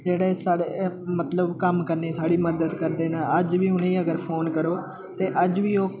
जेह्ड़े साढ़े मतलब कम्म करने साढ़ी मदद करदे न अज्ज बी उ'नेंगी अगर फोन करो ते अज्ज बी ओह्